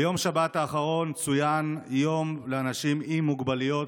ביום שבת האחרון צוין יום בין-לאומי לאנשים עם מוגבלויות.